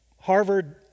Harvard